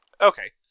okay